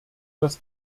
das